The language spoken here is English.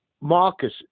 Marcus